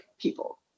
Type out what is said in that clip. people